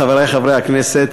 חברי חברי הכנסת,